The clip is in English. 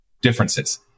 differences